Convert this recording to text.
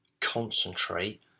Concentrate